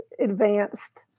advanced